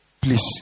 please